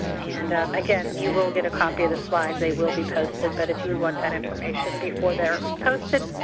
and again, you will get a copy of the slides, they will be posted. but if you want that information before they're posted,